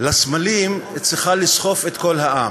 לסמלים צריכה לסחוף את כל העם.